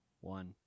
one